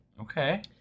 Okay